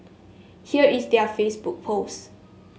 here is their Facebook post